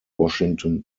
washington